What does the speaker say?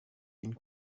une